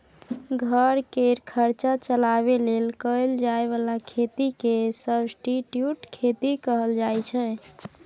घर केर खर्चा चलाबे लेल कएल जाए बला खेती केँ सब्सटीट्युट खेती कहल जाइ छै